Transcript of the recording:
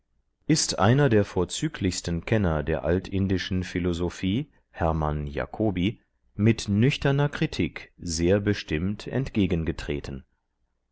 ist einer der vorzüglichsten kenner der altindischen philosophie hermann jacobi mit nüchterner kritik sehr bestimmt